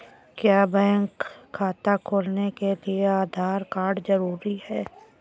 क्या बैंक खाता खोलने के लिए आधार कार्ड जरूरी है?